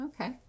Okay